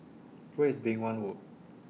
Where IS Beng Wan Road